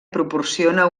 proporciona